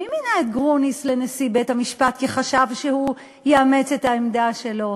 מי מינה את גרוניס לנשיא בית-המשפט כי חשב שהוא יאמץ את העמדה שלו?